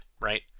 right